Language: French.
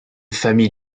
famille